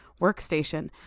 workstation